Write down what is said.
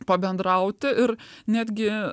pabendrauti ir netgi